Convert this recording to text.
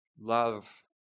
Love